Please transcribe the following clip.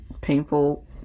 painful